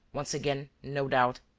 once again, no doubt,